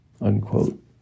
unquote